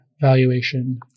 valuation